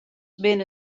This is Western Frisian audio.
binne